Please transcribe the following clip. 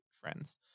friends